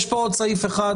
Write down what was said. יש פה עוד סעיף אחד,